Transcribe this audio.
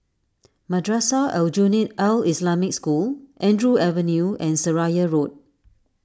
Madrasah Aljunied Al Islamic School Andrew Avenue and Seraya Road